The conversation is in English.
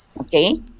okay